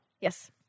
Yes